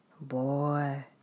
Boy